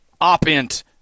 opint